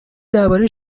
درباره